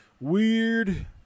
weird